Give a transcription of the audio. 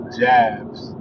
jabs